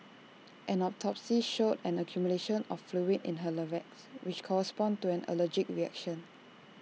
an autopsy showed an accumulation of fluid in her larynx which corresponds to an allergic reaction